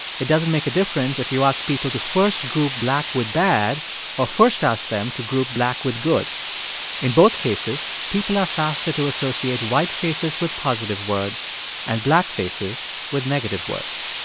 it doesn't make a difference if you ask people to first group black with bad or first ask them to group black with good in both cases, people are faster to associate white faces with positive words and black faces with negative words.